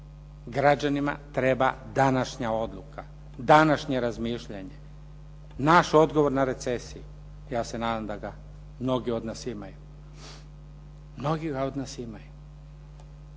Građanima treba današnja odluka, današnje razmišljanje. Naš odgovor na recesiju, ja se nadam da ga mnogi od nas imaju, mnogi ga od nas imaju.